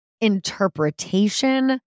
interpretation